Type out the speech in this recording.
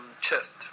chest